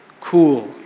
Cool